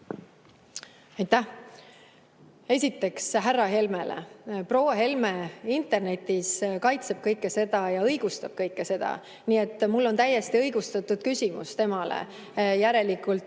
Aitäh! Esiteks, härra Helmele: proua Helme internetis kaitseb kõike seda ja õigustab kõike seda, nii et mul on täiesti õigustatud küsimus temale. Järelikult